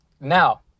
Now